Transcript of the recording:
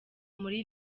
muri